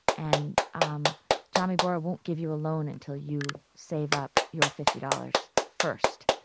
and um jamii bora won't give you a loan until you save up your fifty dollars first.